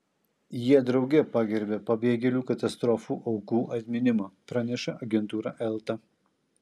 jie drauge pagerbė pabėgėlių katastrofų aukų atminimą praneša agentūra elta